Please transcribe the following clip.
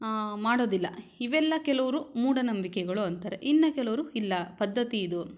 ಮಾಡೋದಿಲ್ಲ ಇವೆಲ್ಲ ಕೆಲವರು ಮೂಢನಂಬಿಕೆಗಳು ಅಂತಾರೆ ಇನ್ನು ಕೆಲವರು ಇಲ್ಲ ಪದ್ಧತಿ ಇದು